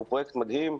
זה פרויקט מדהים,